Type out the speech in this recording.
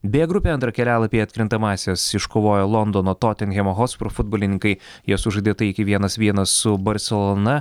bė grupėje antrą kelialapį į atkrintamąsias iškovojo londono totenhemo hospru futbolininkai jie sužaidė taikiai vienas vienas su barselona